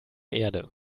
erde